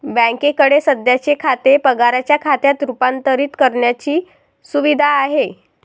बँकेकडे सध्याचे खाते पगाराच्या खात्यात रूपांतरित करण्याची सुविधा आहे